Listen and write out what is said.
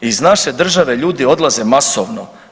Iz naše države ljudi odlaze masovno.